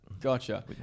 Gotcha